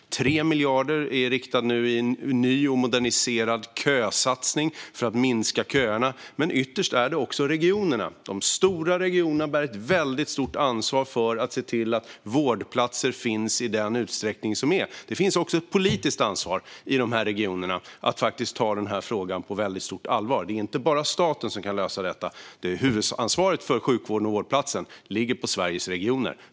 3 miljarder kronor är nu inriktade på en ny och moderniserad kösatsning för att minska köerna. Men ytterst handlar det också om regionerna. De stora regionerna bär ett mycket stort ansvar för att se till att det finns vårdplatser. Det finns också ett politiskt ansvar i dessa regioner att faktiskt ta denna fråga på mycket stort allvar. Det är inte bara staten som kan lösa detta. Huvudansvaret för sjukvården och vårdplatserna ligger på Sveriges regioner.